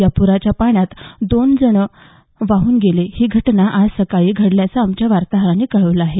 या पुराच्या पाण्यात दोन जण वाहून गेले ही घटना आज सकाळी घडल्याचं आमच्या वार्ताहरानं कळवलं आहे